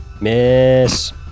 Miss